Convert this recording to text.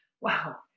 wow